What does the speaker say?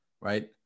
Right